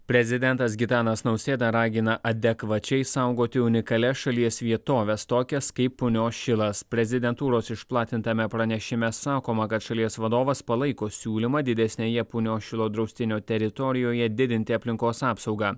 prezidentas gitanas nausėda ragina adekvačiai saugoti unikalias šalies vietoves tokias kaip punios šilas prezidentūros išplatintame pranešime sakoma kad šalies vadovas palaiko siūlymą didesnėje punios šilo draustinio teritorijoje didinti aplinkos apsaugą